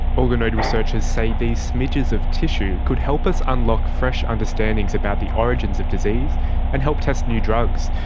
organoid researchers say these smidges of tissue could help us unlock fresh understandings about the origins of disease and help test new drugs.